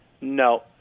No